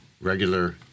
regular